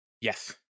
Yes